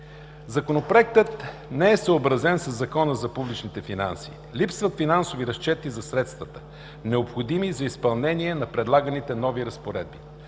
Законопроектът не е съобразен със Закона за публичните финанси, липсват финансови разчети за средствата, необходими за изпълнение на предлаганите нови разпоредби,